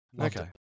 Okay